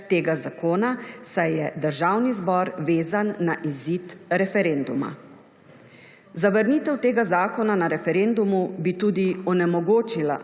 tega zakona, saj je Državni zbor vezan na izid referenduma. Zavrnitev tega zakona na referendumu bi tudi onemogočilo